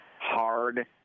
hard